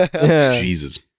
Jesus